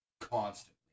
constantly